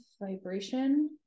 vibration